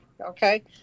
okay